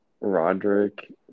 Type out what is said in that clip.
Roderick